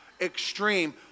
extreme